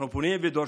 אנחנו פונים ודורשים,